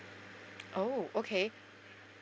oh okay